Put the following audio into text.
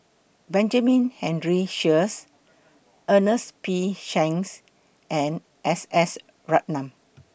Benjamin Henry Sheares Ernest P Shanks and S S Ratnam